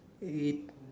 it